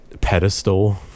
pedestal